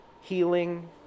healing